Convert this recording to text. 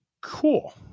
cool